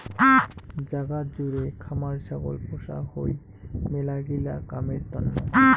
জাগাত জুড়ে খামার ছাগল পোষা হই মেলাগিলা কামের তন্ন